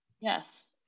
yes